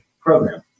program